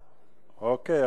אוקיי,